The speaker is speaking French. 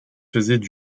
faisaient